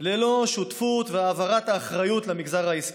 ללא שותפות והעברת האחריות למגזר העסקי.